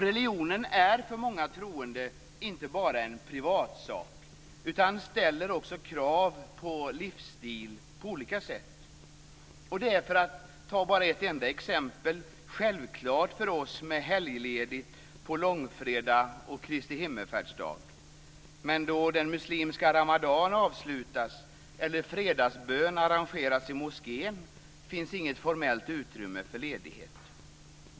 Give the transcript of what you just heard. Religionen är för många troende inte bara en privatsak utan ställer också krav på livsstil på olika sätt. Det är, för att ta ett enda exempel, självklart för oss med helgledigt på långfredag och Kristi himmelsfärdsdag, men då den muslimska Ramadan avslutas eller fredagsbön arrangeras i moskén finns inget formellt utrymme för ledighet.